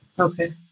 Okay